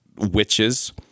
witches